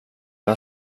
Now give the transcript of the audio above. jag